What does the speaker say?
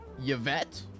Yvette